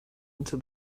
into